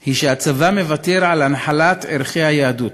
היא שהצבא מוותר על הנחלת ערכי היהדות.